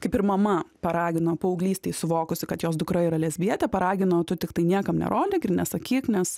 kaip ir mama paragino paauglystėj suvokusi kad jos dukra yra lesbietė paragino tu tiktai niekam nerodyk ir nesakyk nes